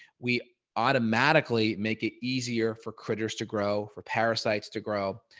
we automatically make it easier for critters to grow for parasites to grow.